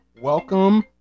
Welcome